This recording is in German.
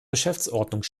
geschäftsordnung